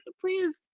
please